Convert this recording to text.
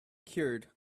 cured